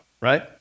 right